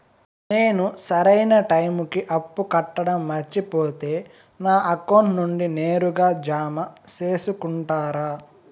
నేను సరైన టైముకి అప్పు కట్టడం మర్చిపోతే నా అకౌంట్ నుండి నేరుగా జామ సేసుకుంటారా?